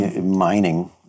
mining